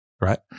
right